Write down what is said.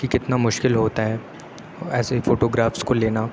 کہ کتنا مشکل ہوتا ہے ایسے فوٹوگرافس کو لینا